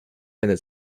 eine